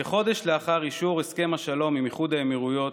כחודש לאחר אישור הסכם השלום עם איחוד האמירויות,